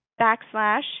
backslash